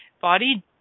Body